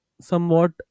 somewhat